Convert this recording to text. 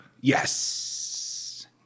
Yes